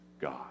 God